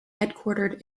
headquartered